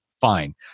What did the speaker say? Fine